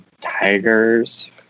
Tigers